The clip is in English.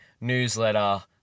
newsletter